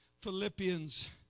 Philippians